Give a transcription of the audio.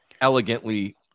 elegantly